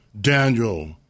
Daniel